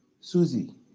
Susie